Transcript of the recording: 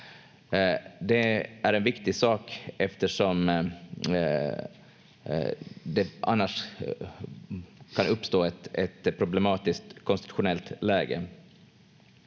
Det är en viktigt sak eftersom det annars kan uppstå ett problematiskt konstitutionellt läge.